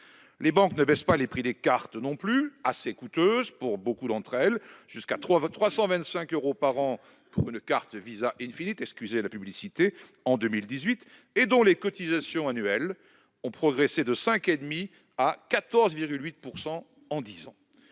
Les banques ne baissent pas les prix des cartes, qui restent assez coûteuses pour beaucoup d'entre elles, jusqu'à 325 euros par an pour une carte Visa Infinite en 2018, et dont les cotisations annuelles ont progressé de 5,5 % à 14,8 % sur dix ans.